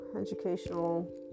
educational